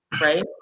right